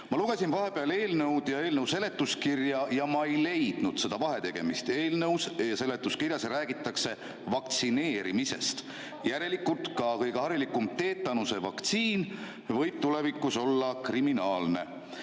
Ma lugesin vahepeal eelnõu ja eelnõu seletuskirja ja ma ei leidnud seda vahetegemist, eelnõus ja seletuskirjas räägitakse vaktsineerimisest. Järelikult ka kõige harilikum teetanuse vaktsiin võib tulevikus olla kriminaalne.